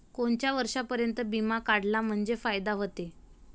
कोनच्या वर्षापर्यंत बिमा काढला म्हंजे फायदा व्हते?